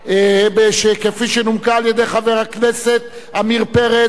כפי שנומקה על-ידי חבר הכנסת עמיר פרץ,